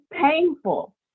painful